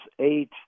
eight